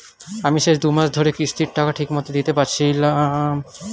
আমি শেষ দুমাস ধরে কিস্তির টাকা ঠিকমতো দিতে পারছিনা আমার কি করতে হবে?